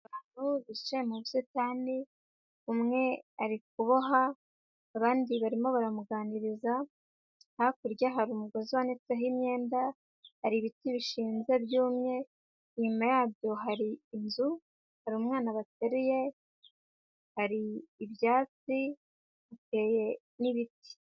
Abantu bicaye mu busitani umwe ari kuboha abandi barimo baramuganiriza, hakurya hari umugozi wanitseho imyenda, hari ibiti bishinze byumye inyuma yabyo hari inzu hari umwana batereye hari ibyatsi hateye n'ibiti.